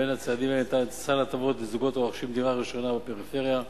בין הצעדים האלה ניתן סל הטבות לזוגות הרוכשים דירה ראשונה בפריפריה,